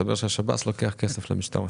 מסתבר ששירות בתי הסוהר לוקח כסף למשטרה.